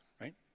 right